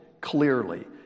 clearly